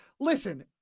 Listen